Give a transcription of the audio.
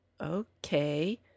okay